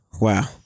wow